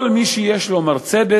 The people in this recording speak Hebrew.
כל מי שיש לו "מרצדס",